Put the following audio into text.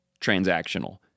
transactional